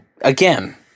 again